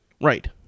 Right